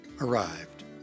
arrived